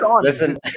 listen